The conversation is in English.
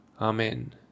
Amen